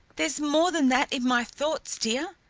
there's more than that in my thoughts, dear.